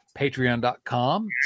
patreon.com